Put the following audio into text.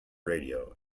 radio